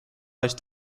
eest